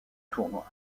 tournoi